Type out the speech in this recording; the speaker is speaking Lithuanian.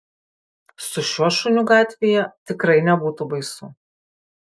su šiuo šuniu gatvėje tikrai nebūtų baisu